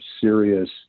serious